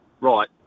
right